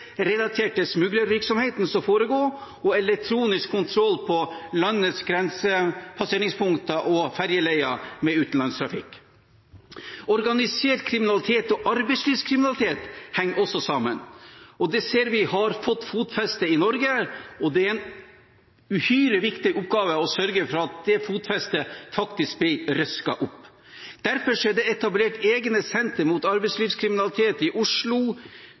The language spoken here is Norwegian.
smuglervirksomheten som foregår, elektronisk kontroll på landets grensepasseringspunkter og ferjeleier med utenlandstrafikk. Organisert kriminalitet og arbeidslivskriminalitet henger også sammen. Det ser vi har fått fotfeste i Norge, og det er en uhyre viktig oppgave å sørge for at det fotfestet faktisk blir røsket opp. Derfor er det etablert egne senter mot arbeidslivskriminalitet i Oslo,